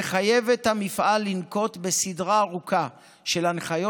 המחייב את המפעל לנקוט סדרה ארוכה של הנחיות